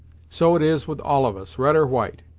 so it is with all of us, red or white.